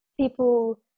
people